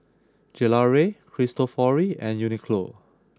Gelare Cristofori and Uniqlo